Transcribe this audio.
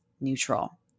neutral